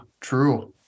True